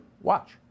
Watch